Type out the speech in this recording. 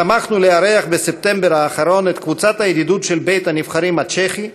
שמחנו לארח בספטמבר האחרון את קבוצת הידידות של בית-הנבחרים הצ'כי,